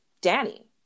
danny